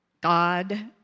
God